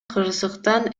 кырсыктан